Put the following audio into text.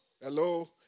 Hello